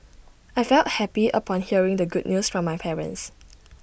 I felt happy upon hearing the good news from my parents